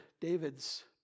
David's